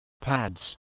pads